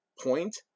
point